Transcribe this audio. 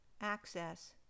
access